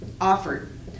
offered